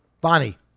Bonnie